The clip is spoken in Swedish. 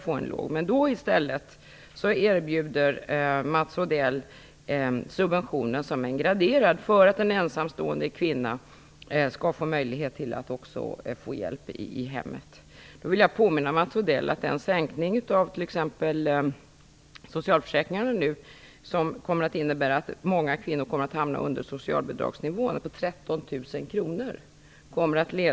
Då erbjuder Mats Odell i stället en graderad subvention för att också en ensamstående kvinna skall få möjlighet till hjälp i hemmet. Då vill jag påminna Mats Odell om att exempelvis sänkningen i socialförsäkringarna kommer att innebära att många kvinnor hamnar under socialbidragsnivån på 13 000 kronor.